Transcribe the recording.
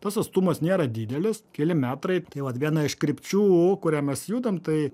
tas atstumas nėra didelis keli metrai tai viena iš krypčių kuria mes judam tai